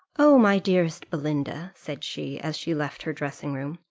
oh, my dearest belinda, said she, as she left her dressing-room,